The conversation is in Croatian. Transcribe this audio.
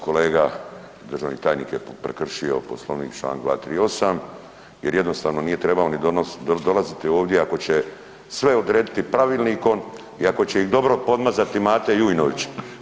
Kolega državni tajnik je prekršio Poslovnik članak 238. jer jednostavno nije trebao ni dolaziti ovdje ako će sve odrediti pravilnikom i ako će ih dobro podmazati Mate Jujnović.